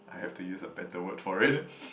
I have to use a better word for it